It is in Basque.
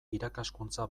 irakaskuntza